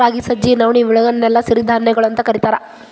ರಾಗಿ, ಸಜ್ಜಿ, ನವಣಿ, ಇವುಗಳನ್ನೆಲ್ಲ ಸಿರಿಧಾನ್ಯಗಳು ಅಂತ ಕರೇತಾರ